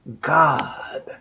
God